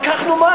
(כריות ביטחון לקרנות פנסיה ותיקות),